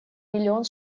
миллион